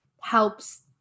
helps